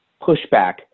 pushback